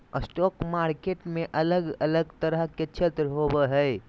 stock market में अलग अलग तरह के क्षेत्र होबो हइ